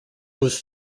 was